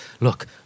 Look